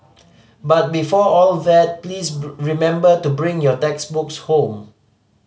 but before all that please remember to bring your textbooks home